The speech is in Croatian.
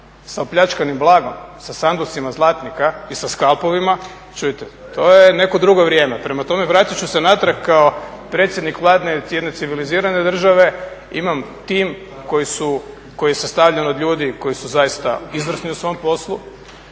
sa opljačkanim blagom, sa sanducima zlatnika i sa skalpovima, čujte to je neko drugo vrijeme, prema tome vratiti ću se natrag kao predsjednik Vlade jedne civilizirane države, imam tim koji je sastavljen od ljudi koji su zaista izvrsni u svom poslu.